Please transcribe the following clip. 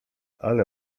ale